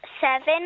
Seven